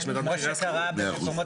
יש מדד מחירי השכירות.